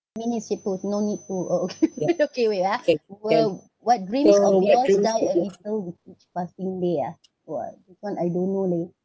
mean it siput no need to oh okay okay wait ah w~ what dreams of yours die a little with each passing day ah !wah! this one I don't know leh